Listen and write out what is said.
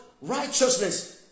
righteousness